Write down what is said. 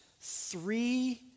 three